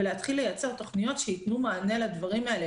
ולהתחיל לייצר תכניות שייתנו מענה לדברים האלה,